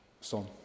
son